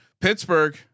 Pittsburgh